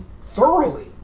Thoroughly